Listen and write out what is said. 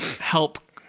help